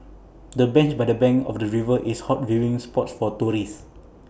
the bench by the bank of the river is hot viewing spot for tourists